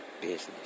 business